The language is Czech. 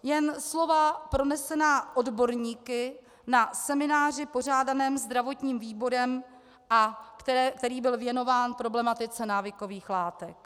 Jen slova pronesená odborníky na semináři pořádaném zdravotním výborem, který byl věnován problematice návykových látek.